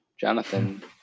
Jonathan